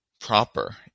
proper